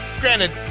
Granted